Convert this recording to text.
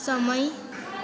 समय